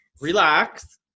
Relax